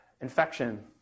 infection